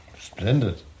Splendid